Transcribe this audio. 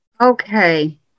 okay